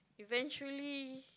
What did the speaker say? eventually